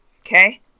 Okay